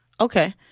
Okay